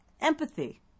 empathy